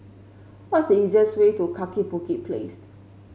what's the easiest way to Kaki Bukit Place